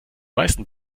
meisten